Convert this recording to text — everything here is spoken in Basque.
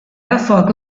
arazoak